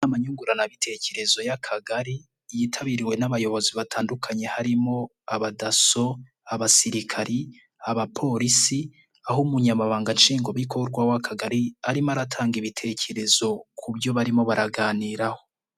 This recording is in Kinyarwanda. Inama nyunguranabitekerezo y'Akagari, yitabiriwe n'abayobozi batandukanye, harimo abaso, abasirikari, abapolisi, aho umunyamabanga nshingwabikorwa w'Akagari arimo aratanga ibitekerezo ku byo barimo baraganiraho.